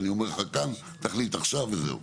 אני אומר לך כאן תחליט עכשיו וזהו.